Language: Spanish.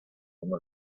mismo